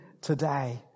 today